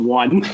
one